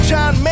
John